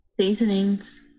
Seasonings